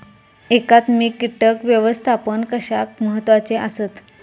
एकात्मिक कीटक व्यवस्थापन कशाक महत्वाचे आसत?